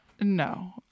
No